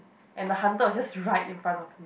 and the hunter was just right in front of